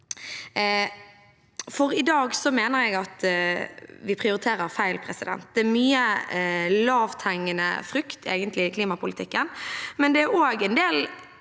I dag mener jeg at vi prioriterer feil. Det er egentlig mye lavthengende frukt i klimapolitikken, men det er også en del